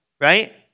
right